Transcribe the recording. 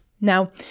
Now